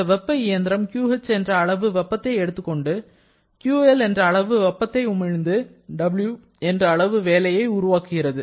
இந்த வெப்ப இயந்திரம் QH என்ற அளவு வெப்பத்தை எடுத்துக்கொண்டு QL என்ற அளவு வெப்பத்தை உமிழ்ந்து W என்ற அளவு வேலையை உருவாக்குகிறது